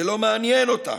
זה לא מעניין אותה.